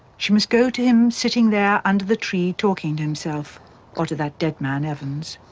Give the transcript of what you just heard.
she must go to him, sitting there under the tree talking to himself or to that dead man, evans.